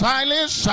Silas